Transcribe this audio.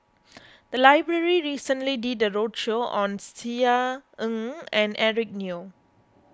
the library recently did a roadshow on Tisa Ng and Eric Neo